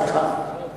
סליחה.